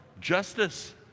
Justice